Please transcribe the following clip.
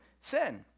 sin